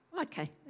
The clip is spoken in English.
Okay